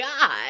god